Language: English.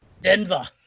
Denver